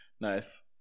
Nice